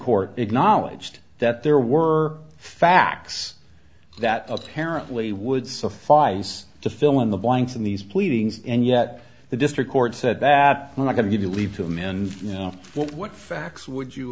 court acknowledged that there were facts that apparently would suffice to fill in the blanks in these pleadings and yet the district court said that when i can give you leave them in you know what facts would you